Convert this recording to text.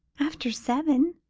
after seven.